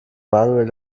manuel